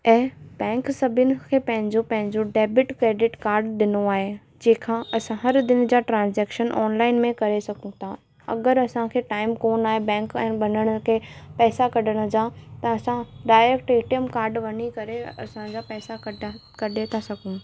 ऐं बैंक सभिनि खे पंहिंजो पंहिंजो डैबिड क्रैडिट कार्ड ॾिनो आहे जंहिं खां असां हर दिन जा ट्रांजेक्शन ऑनलाइन में करे सघूं था अगरि असांखे टाइम कोन आहे बैंक ऐं वञण ते पैसा कढण जा त असां डायरेक्ट एटीएम कार्ड वञी करे असांजा पैसा कढा कढे था सघूं